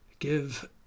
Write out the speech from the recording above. Give